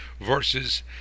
versus